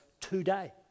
today